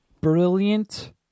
brilliant